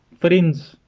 friends